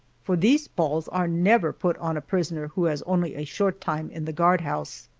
for these balls are never put on a prisoner who has only a short time in the guardhouse.